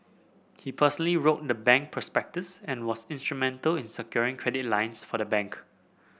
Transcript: he wrote the bank prospectus and was instrumental in securing credit lines for the bank